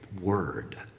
word